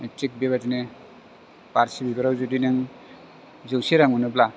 थि बेबायदिनो बारसे बिबाराव जुदि नों जौसे रां मोनोब्ला